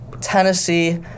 Tennessee